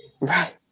Right